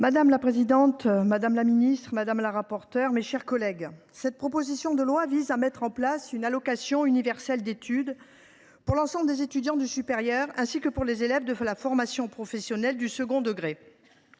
Madame la présidente, madame la ministre, mes chers collègues, cette proposition de loi vise à mettre en place une allocation autonomie universelle d’études pour l’ensemble des étudiants du supérieur, ainsi que pour les élèves de la formation professionnelle du second degré.